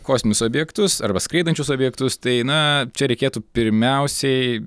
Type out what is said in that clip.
kosminius objektus arba skraidančius objektus tai na čia reikėtų pirmiausiai